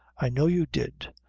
i know you did.